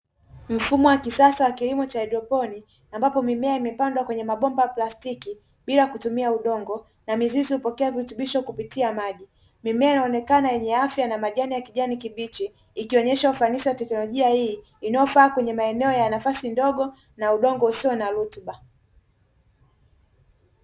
Mfumo wa kisasa wa kilimo cha haidroponi ambapo mimea imepandwa kwenye mabomba plastiki bila kutumia udongo, na mizizi hupokea virutubisho kupitia maji, mimea inaonekana yenye afya na majani ya kijani kibichi ikionyesha ufanisi wa teknolojia hii inayofaa kwenye maeneo ya nafasi ndogo na udongo usio na rutuba.